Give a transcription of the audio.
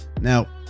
Now